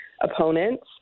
opponents